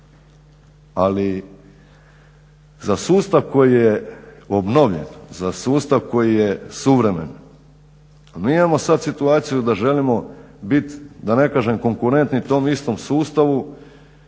Ali, za sustav koji je obnovljen, za sustav koji je suvremen. Mi imamo sad situaciju da želimo biti da ne kažem konkurentni tom istom sustavu,